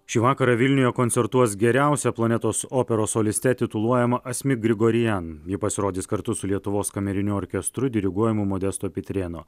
šį vakarą vilniuje koncertuos geriausia planetos operos soliste tituluojama asmik grigorian ji pasirodys kartu su lietuvos kameriniu orkestru diriguojamu modesto pitrėno